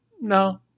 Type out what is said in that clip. No